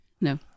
No